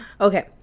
okay